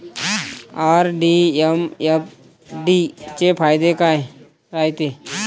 RD अन FD चे फायदे काय रायते?